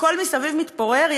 הכול מסביב מתפורר,